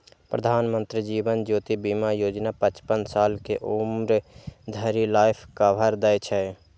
प्रधानमंत्री जीवन ज्योति बीमा योजना पचपन साल के उम्र धरि लाइफ कवर दै छै